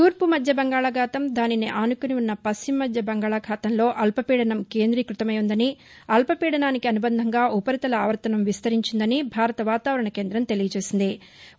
తూర్పు మధ్య బంగాళాఖాతం దానిని ఆనుకుని ఉన్న పశ్చిమ మధ్య బంగాళాఖాతంలో అల్పపీడనం కేందీక్బతమై ఉందని అల్పపీడనానికి అనుబంధంగా ఉపరితల ఆవర్తనం విస్తరించిందని భారత వాతావరణ కేందం తెలియచేసింది